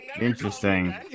interesting